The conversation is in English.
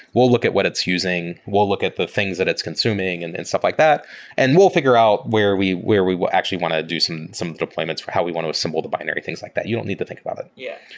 we'll look at what it's using. we'll look at the things that it's consuming and and stuff like that and we'll figure out where we where we actually want to do some of the deployments for how we want to assemble the binary, things like that. you don't need to think about it yeah.